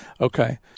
Okay